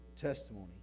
testimony